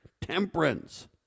temperance